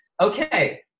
Okay